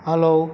hello